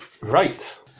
Right